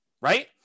right